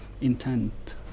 intent